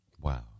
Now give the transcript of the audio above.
wow